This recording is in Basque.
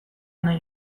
nahi